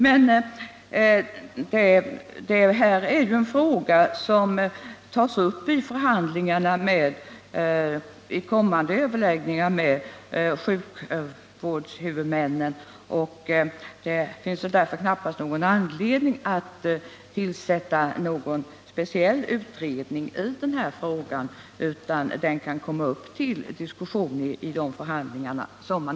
Det här är en fråga som tas upp i de kommande överläggningarna med sjukvårdshuvudmännen. Det finns väl därför knappast någon anledning att tillsätta en speciell utredning i den här frågan.